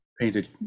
painted